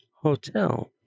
Hotel